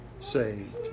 saved